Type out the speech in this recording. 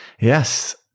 Yes